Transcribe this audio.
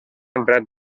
emprat